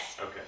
Okay